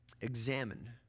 Examine